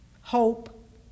hope